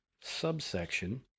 subsection